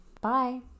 Bye